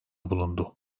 bulundu